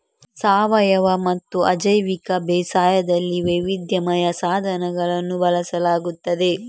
ಸಾವಯವಮತ್ತು ಅಜೈವಿಕ ಬೇಸಾಯದಲ್ಲಿ ವೈವಿಧ್ಯಮಯ ಸಾಧನಗಳನ್ನು ಬಳಸಲಾಗುತ್ತದೆ